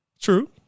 True